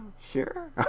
sure